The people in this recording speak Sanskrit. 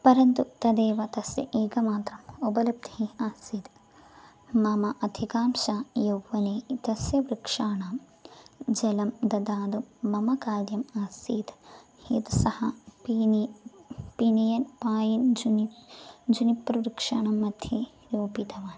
परन्तु तदेव तस्य एकमात्रा उपलब्धिः आसीत् मम अधिकांशः यौवने तस्य वृक्षाणां जलं दातुं मम कार्यम् आसीत् यद् सः पीनि पीनियन् पायिन् झुनिप् झुनिप्रवृक्षाणां मध्ये रोपितवान्